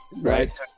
Right